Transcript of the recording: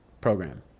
program